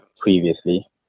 previously